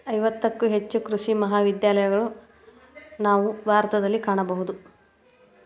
ಐವತ್ತಕ್ಕೂ ಹೆಚ್ಚು ಕೃಷಿ ಮಹಾವಿದ್ಯಾಲಯಗಳನ್ನಾ ನಾವು ಭಾರತದಲ್ಲಿ ಕಾಣಬಹುದು